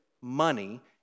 money